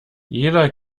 jeder